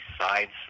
sides